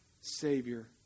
Savior